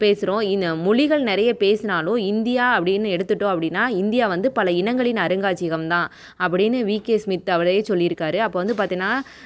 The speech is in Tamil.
பேசுகிறோம் இன் மொழிகள் நிறைய பேசினாலும் இந்தியா அப்படினு எடுத்துட்டோம் அப்படினா இந்தியா வந்து பல இனங்களின் அருங்காட்சியகம் தான் அப்படினு வீகே ஸ்மித் அவரே சொல்லியிருக்காரு அப்போ வந்து பார்த்தினா